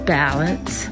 balance